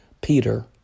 Peter